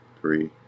three